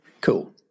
Cool